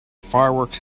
fireworks